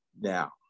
Now